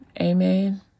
Amen